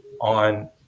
on